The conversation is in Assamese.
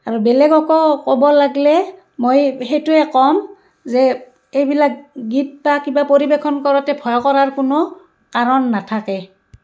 আৰু বেলেগকো ক'ব লাগিলে মই সেইটোৱে ক'ম যে এইবিলাক গীত বা কিবা পৰিৱেশন কৰোঁতে ভয় কৰাৰ কোনো কাৰণ নাথাকে